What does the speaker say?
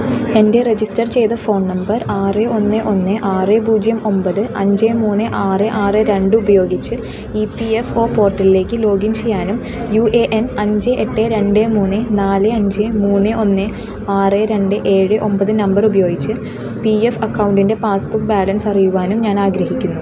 എൻ്റെ രജിസ്റ്റർ ചെയ്ത phone number ആറ് ഒന്ന് ഒന്ന് ആറ് പൂജ്യം ഒമ്പത് അഞ്ച് മൂന്ന് ആറ് ആറ് രണ്ട് ഉപയോഗിച്ച് ഇ പി എഫ് ഒ പോർട്ടലിലേക്ക് ലോഗിൻ ചെയ്യാനും യു എ എൻ അഞ്ച് എട്ട് രണ്ട് മൂന്ന് നാല് അഞ്ച് മൂന്ന് ഒന്ന് ആറ് രണ്ട് ഏഴ് ഒമ്പത് നമ്പർ ഉപയോഗിച്ച് പി എഫ് അക്കൗണ്ടിൻ്റെ പാസ്സ്ബുക്ക് ബാലൻസ് അറിയുവാനും ഞാൻ ആഗ്രഹിക്കുന്നു